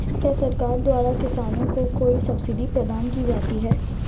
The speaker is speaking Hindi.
क्या सरकार द्वारा किसानों को कोई सब्सिडी प्रदान की जाती है?